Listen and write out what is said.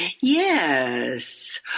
yes